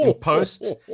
post